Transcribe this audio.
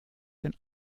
den